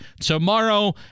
tomorrow